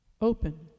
open